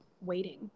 waiting